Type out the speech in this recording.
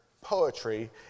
poetry